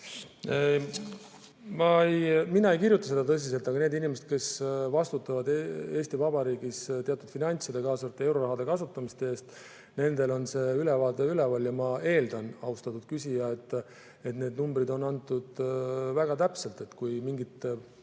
Mina ei kirjuta seda tõsiselt, aga need inimesed, kes vastutavad Eesti Vabariigis teatud finantside, k.a eurorahade kasutamise eest, nendel on see ülevaade üleval ja ma eeldan, austatud küsija, et need numbrid on antud väga täpselt. Kui mingid